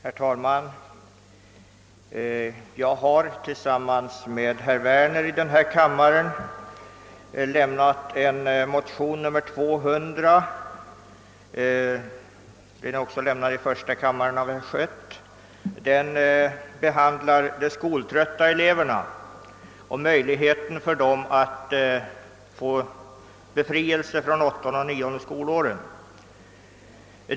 Herr talman! Jag har tillsammans med herr Werner i denna kammare väckt en motion nr II: 200; en likalydande motion har avlämnats i första kammaren av herr Schött m.fl. Detta motionspar behandlar möjligheten för de skoltrötta eleverna att få befrielse från åttonde och nionde skolåren.